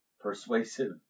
persuasive